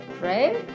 right